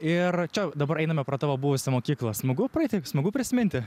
ir čia dabar einame pro tavo buvusią mokyklą smagu praeiti smagu prisiminti